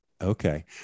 Okay